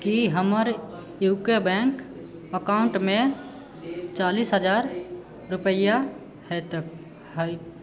की हमर यूको बैंक अकाउंटमे चालीस हजार रूपैआ हेतैक